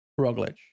Roglic